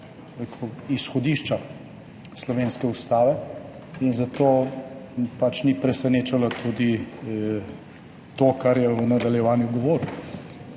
izhodišča slovenske ustave in zato pač ni presenečalo tudi to, kar je v nadaljevanju govoril.